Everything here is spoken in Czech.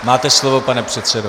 Máte slovo, pane předsedo.